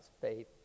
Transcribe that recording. faith